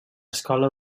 escola